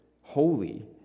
holy